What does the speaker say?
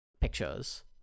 pictures